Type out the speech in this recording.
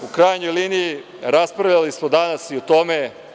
U krajnjoj liniji, raspravljali smo danas i o tome.